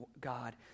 God